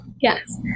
Yes